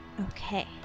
Okay